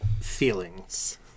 feelings